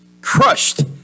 crushed